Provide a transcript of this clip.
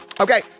Okay